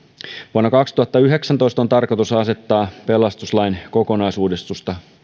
vuonna kaksituhattayhdeksäntoista on tarkoitus asettaa pelastuslain kokonaisuudistusta